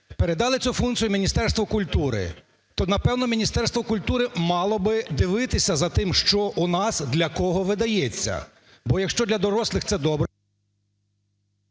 Передали цю функцію Міністерству культури. То, напевно, Міністерство культури мало би дивитися за тим, що у нас для кого видається, бо, якщо для дорослих, це добре…